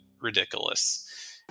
ridiculous